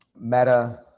meta